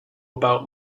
about